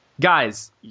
Guys